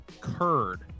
curd